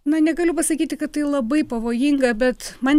na negaliu pasakyti kad tai labai pavojinga bet man